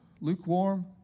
lukewarm